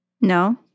No